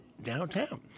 downtown